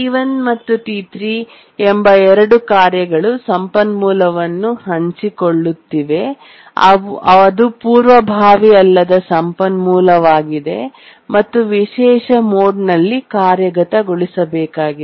T1 ಮತ್ತು T3 ಎಂಬ ಎರಡು ಕಾರ್ಯಗಳು ಸಂಪನ್ಮೂಲವನ್ನು ಹಂಚಿಕೊಳ್ಳುತ್ತಿವೆ ಅದು ಪೂರ್ವಭಾವಿ ಅಲ್ಲದ ಸಂಪನ್ಮೂಲವಾಗಿದೆ ಮತ್ತು ವಿಶೇಷ ಮೋಡ್ನಲ್ಲಿ ಕಾರ್ಯಗತಗೊಳಿಸಬೇಕಾಗಿದೆ